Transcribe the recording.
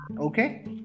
okay